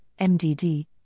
MDD